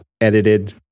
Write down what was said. edited